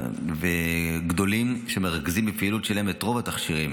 מסחר גדולים שמרכזים בפעילות שלהם את רוב התכשירים